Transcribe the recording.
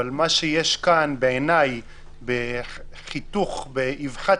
אבל מה שיש כאן בעיניי זה חיתוך באבחת